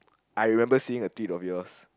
I remember seeing the teeth of yours